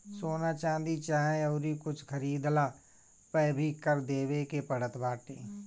सोना, चांदी चाहे अउरी कुछु खरीदला पअ भी कर देवे के पड़त बाटे